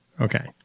Okay